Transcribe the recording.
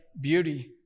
beauty